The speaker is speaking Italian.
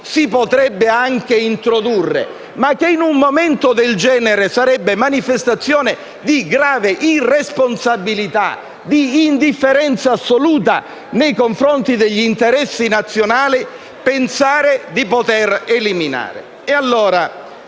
si potrebbe anche introdurre, ma che, in un momento del genere, sarebbe manifestazione di grave irresponsabilità e di indifferenza assoluta nei confronti degli interessi nazionali pensare di poter eliminare.